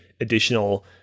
additional